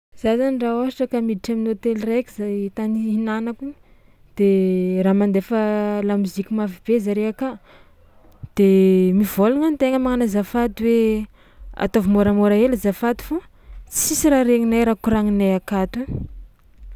Za zany raha ôhatra ka miditra amin'ny hôtely zay tany ihinanako igny de raha mandefa lamoziky mafy be zare aka de mivôlagna an-tegna magnano azafady hoe: ataovy moramora hely azafady fô tsisy raha regninay raha koragninay akato.